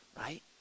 right